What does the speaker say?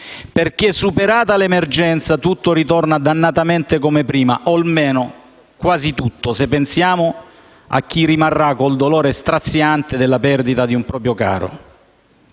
perché, superata l'emergenza, tutto ritorna dannatamente come prima, o almeno quasi tutto, se pensiamo a chi rimarrà con il dolore straziante della perdita di un proprio caro.